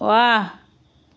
ৱাহ